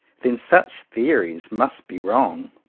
then such theo ries must be wrong!